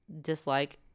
dislike